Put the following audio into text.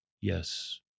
Yes